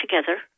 together